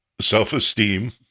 self-esteem